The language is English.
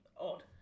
odd